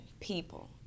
people